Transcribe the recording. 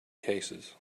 cases